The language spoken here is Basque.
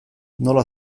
nola